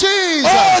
Jesus